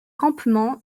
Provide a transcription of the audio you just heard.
campement